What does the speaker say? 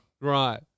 Right